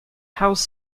house